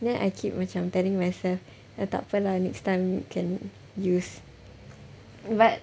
then I keep macam telling myself dah tak apa lah next time can use but